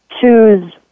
choose